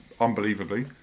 unbelievably